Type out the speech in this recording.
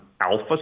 alpha